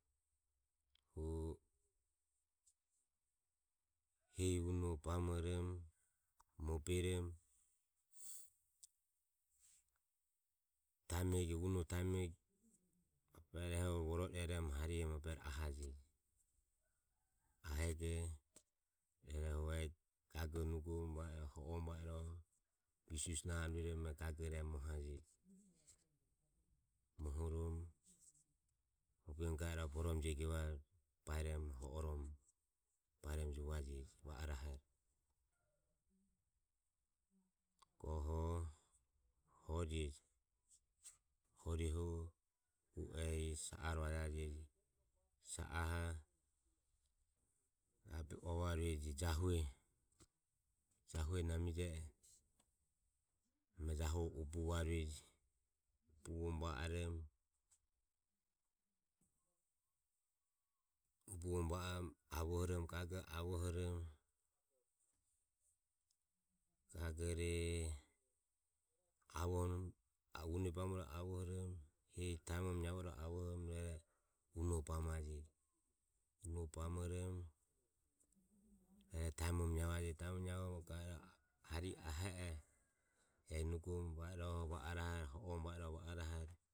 hu hehi unoho bamormo, moberomo, taimego unoho taimego rueroho ehuro voro ireromo, hrihoho ma burero ahajeje. Ahego. iae hu ehi gagore nugoromo va oromo hororomo va iroho visu visu narohomo rueromo gagore e mohajeje. morhoromo moberomo ga irohe borome jego evare bairomo hororomo baeromo juvajeje va orahore. goho horieje, horiehu ehi sa are vaja jeje, sa aho rabe ua varueje jahue jahue namijeje e hu jahue ubuvarueje ubuvoromo va orormo avohromo gage avohormo gagore avihormo arue une bamromo iroho avohromo hehi taimromro neivo iroho avorhom e unoho bamajeji unoho bamoromo e tamoromo niavjeje, taimoromo naivoromo ga irohe harihe ahe oho ehi nugoromo va iroho va orahore.